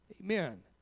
amen